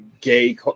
gay